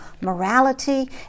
morality